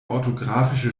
orthografische